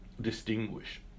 Distinguish